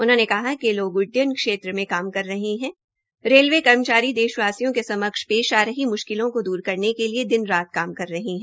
उन्होंने कहा कि लोग उड्यन क्षेत्र में काम कर रहे है रेलवे कर्मचारी देशवासियों के समक्ष पेश आ रही मुशकिलों को दूर करने के लिए दिन रात काम करने है